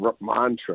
mantra